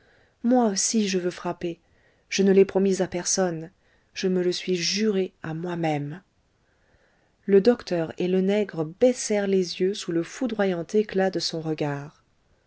moi aussi je veux frapper je ne l'ai promis à personne je me le suis juré à moi-même le docteur et le nègre baissèrent les yeux sous le foudroyant éclat de son regard